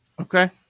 Okay